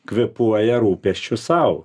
kvėpuoja rūpesčiu sau